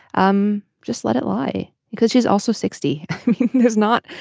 um just let it lie because she's also sixty has not.